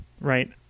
right